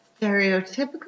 stereotypical